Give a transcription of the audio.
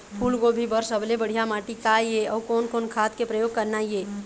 फूलगोभी बर सबले बढ़िया माटी का ये? अउ कोन कोन खाद के प्रयोग करना ये?